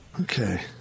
Okay